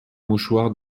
mouchoir